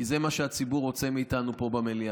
כי זה מה שהציבור רוצה מאיתנו פה במליאה.